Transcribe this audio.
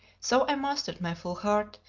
so i mastered my full heart,